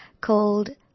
called